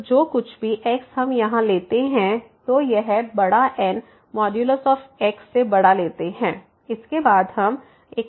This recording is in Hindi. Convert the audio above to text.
तोजो कुछ भी x हम यहाँलेते हैं तो यह बड़ा N x से बड़ा लेते हैं